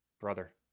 brother